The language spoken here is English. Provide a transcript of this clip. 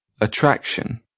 Attraction